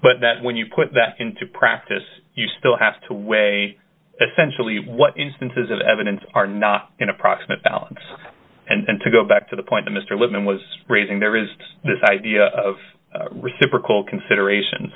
but that when you put that into practice you still have to weigh essentially what instances of evidence are not in approximate balance and to go back to the point mr lippman was raising there is this idea of reciprocal consideration